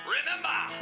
Remember